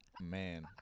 man